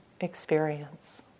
experience